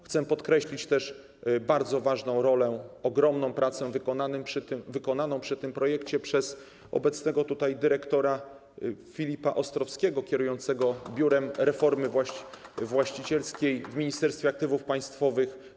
Chcę podkreślić też bardzo ważną rolę, ogromną pracę wykonaną przy tym projekcie przez obecnego tutaj dyrektora, doktora prawa Filipa Ostrowskiego, kierującego Biurem Reformy Właścicielskiej w Ministerstwie Aktywów Państwowych.